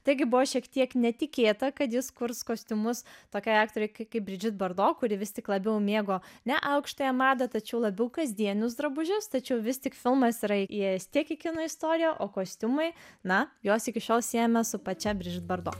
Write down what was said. taigi buvo šiek tiek netikėta kad jis kurs kostiumus tokiai aktorei kaip bridžit bardo kuri vis tik labiau mėgo ne aukštąją madą tačiau labiau kasdienius drabužius tačiau vis tik filmas yra įėjęs tiek į kino istoriją o kostiumai na juos iki šiol siejame su pačia bridžit bardo